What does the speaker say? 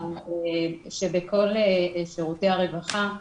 בכל שירותי הרווחה,